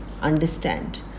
understand